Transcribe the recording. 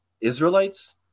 Israelites